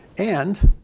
and